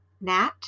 nat